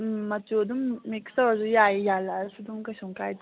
ꯎꯝ ꯃꯆꯨ ꯑꯗꯨꯝ ꯃꯤꯛꯁ ꯇꯧꯔꯛꯑꯁꯨ ꯌꯥꯏ ꯌꯥꯜꯂꯛꯑꯁꯨ ꯑꯗꯨꯝ ꯀꯩꯁꯨꯝ ꯀꯥꯏꯗꯦ